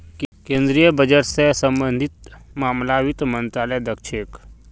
केन्द्रीय बजट स सम्बन्धित मामलाक वित्त मन्त्रालय द ख छेक